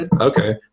okay